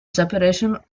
separation